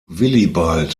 willibald